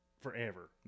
forever